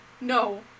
No